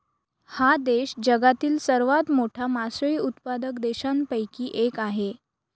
हा देश जगातील सर्वात मोठा मासळी उत्पादक देशांपैकी एक आहे